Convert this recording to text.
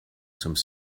some